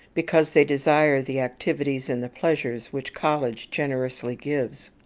because they desire the activities and the pleasures which college generously gives.